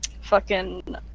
fucking-